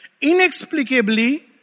inexplicably